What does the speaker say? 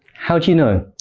how'd you know?